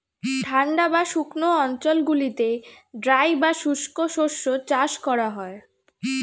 ঠান্ডা বা শুকনো অঞ্চলগুলিতে ড্রাই বা শুষ্ক শস্য চাষ করা হয়